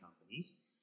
companies